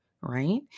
right